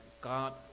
God